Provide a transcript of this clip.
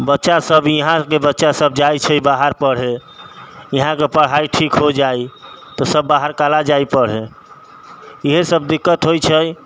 बच्चा सब इहाके बच्चा सब जाइ छै बाहर पढ़े इहाँके पढ़ाइ ठीक हो जाइ तऽ सब बाहर कला जाइ पढ़े इहे सब दिक्कत होइ छै